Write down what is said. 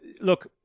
look